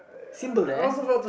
symbol there